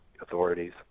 authorities